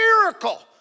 miracle